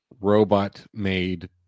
robot-made